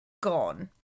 gone